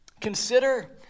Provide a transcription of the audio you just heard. Consider